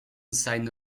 sein